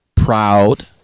Proud